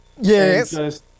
Yes